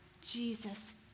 Jesus